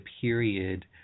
period